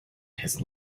his